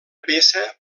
peça